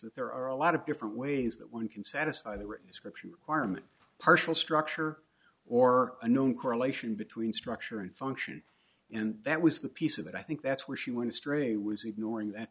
that there are a lot of different ways that one can satisfy the written scripture requirement partial structure or a known correlation between structure and function and that was the piece of that i think that's where she went astray was ignoring that